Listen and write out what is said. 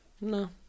no